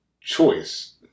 choice